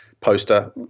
poster